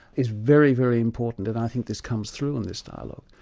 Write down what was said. is very, very important, and i think this comes through in this dialogue.